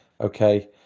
Okay